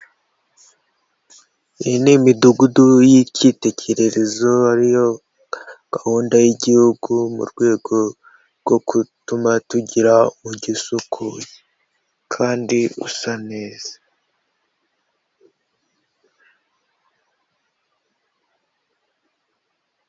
Iyi ni imidugudu y'icyitegererezo ariyo gahunda y'igihugu mu rwego rwo gutuma tugira umujyi usukuye kandi usa neza.